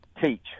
Teach